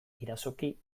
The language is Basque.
irazoki